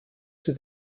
sie